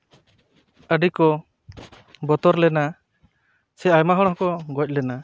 ᱟᱹᱰᱤᱠᱚ ᱵᱚᱛᱚᱨ ᱞᱮᱱᱟ ᱥᱮ ᱟᱭᱢᱟ ᱦᱚᱲ ᱦᱚᱸᱠᱚ ᱜᱚᱡ ᱞᱮᱱᱟ